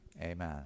amen